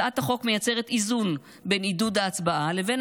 הצעת החוק מייצרת איזון בין עידוד ההצבעה לבין